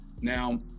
now